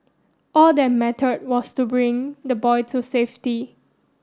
all that matter was to bring the boy to safety